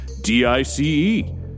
d-i-c-e